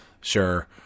sure